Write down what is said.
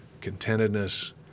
contentedness